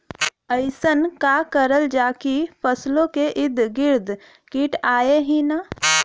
अइसन का करल जाकि फसलों के ईद गिर्द कीट आएं ही न?